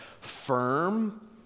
firm